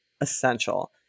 essential